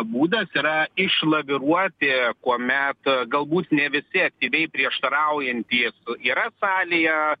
būdas yra išlaviruoti kuomet galbūt ne visi aktyviai prieštaraujantys yra salėje